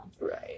right